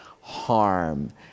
harm